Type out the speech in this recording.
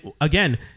again